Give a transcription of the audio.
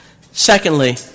Secondly